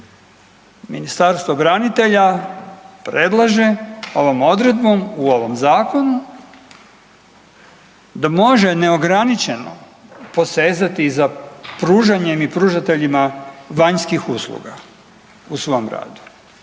Ministarstvo branitelja predlaže ovom odredbom, u ovom Zakonu, da može neograničeno posezati za pružanjem i pružateljima vanjskih usluga u svom radu.